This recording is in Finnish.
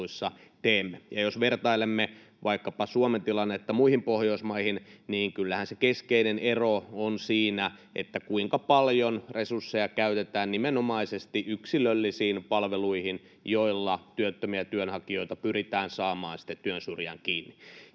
Jos vertailemme Suomen tilannetta vaikkapa muihin Pohjoismaihin, niin kyllähän se keskeinen ero on siinä, kuinka paljon resursseja käytetään nimenomaisesti yksilöllisiin palveluihin, joilla työttömiä työnhakijoita pyritään saamaan sitten työn syrjään kiinni.